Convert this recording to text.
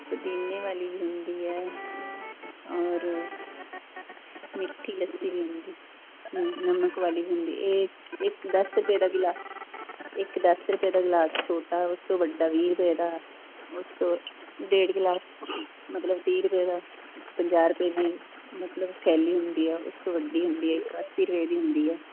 ਪੁਦੀਨੇ ਵਾਲੀ ਵੀ ਹੁੰਦੀ ਹੈ ਔਰ ਮਿੱਠੀ ਲੱਸੀ ਵੀ ਹੁੰਦੀ ਨਮਕ ਵਾਲੀ ਵੀ ਹੁੰਦੀ ਇਹ ਇੱਕ ਦਸ ਰੁਪਏ ਦਾ ਗਲਾਸ ਇੱਕ ਦਸ ਰੁਪਏ ਦਾ ਗਿਲਾਸ ਛੋਟਾ ਉਸ ਤੋਂ ਵੱਡਾ ਵੀਹ ਰੁਪਏ ਦਾ ਉਸ ਤੋਂ ਡੇਢ ਗਲਾਸ ਮਤਲਵ ਤੀਹ ਰੁਪਏ ਦਾ ਇੱਕ ਪੰਜਾਹ ਰੁਪਏ ਦੀ ਮਤਲਵ ਥੈਲੀ ਹੁੰਦੀ ਆ ਉਸ ਤੋਂ ਵੱਡੀ ਹੁੰਦੀ ਆ ਇੱਕ ਅੱਸੀ ਰੁਪਏ ਦੀ ਹੁੰਦੀ ਆ